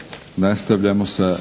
nastavljamo sa